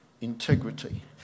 integrity